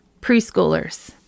preschoolers